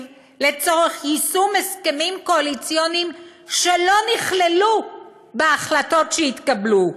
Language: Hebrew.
לצורך יישום הסכמים קואליציוניים שלא נכללו בהחלטות שנתקבלו,